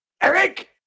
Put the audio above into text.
ERIC